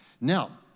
Now